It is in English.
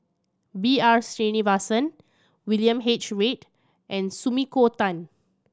B R Sreenivasan William H Read and Sumiko Tan